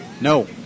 No